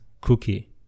Cookie